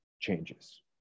changes